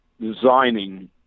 designing